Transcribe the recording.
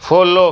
follow